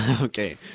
Okay